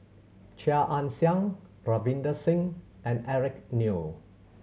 Chia Ann Siang Ravinder Singh and Eric Neo